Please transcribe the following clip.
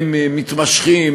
הם מתמשכים,